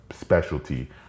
specialty